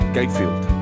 Gatefield